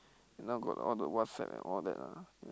then now got all the WhatsApp and all that ah